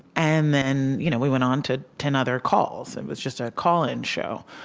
and then you know we went on to ten other calls. it was just a call-in show